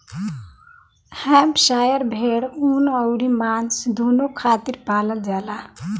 Hampshire भेड़ ऊन अउरी मांस दूनो खातिर पालल जाला